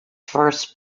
first